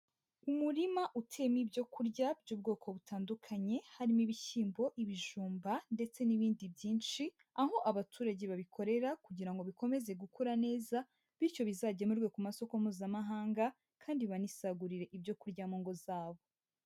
Umurima uteyemo ibyo kurya by'ubwoko butandukanye, harimo ibishyimbo, ibijumba ndetse n'ibindi byinshi, aho abaturage babikorera kugira ngo bikomeze gukura neza bityo bizagemurwe ku masoko mpuzamahanga kandi banisagurire ibyo kurya mu ngo zabo.